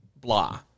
blah